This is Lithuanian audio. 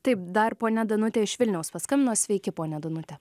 taip dar ponia danutė iš vilniaus paskambino sveiki ponia danute